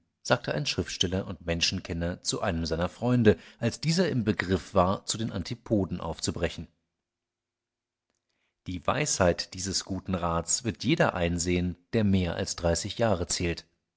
sagte ein schriftsteller und menschenkenner zu einem seiner freunde als dieser im begriff war zu den antipoden aufzubrechen die weisheit dieses guten rats wird jeder einsehen der mehr als dreißig jahre zählt